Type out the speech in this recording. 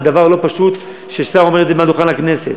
זה דבר לא פשוט ששר אומר את זה מעל דוכן הכנסת,